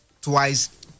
twice